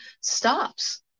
stops